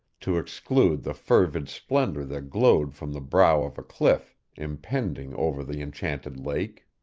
to exclude the fervid splendor that glowed from the brow of a cliff impending over the enchanted lake.